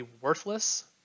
worthless